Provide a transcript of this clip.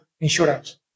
insurance